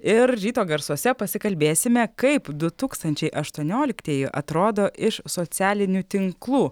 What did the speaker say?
ir ryto garsuose pasikalbėsime kaip du tūkstančiai aštuonioliktieji atrodo iš socialinių tinklų